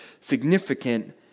significant